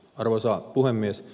arvoisa puhemies